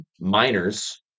miners